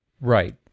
Right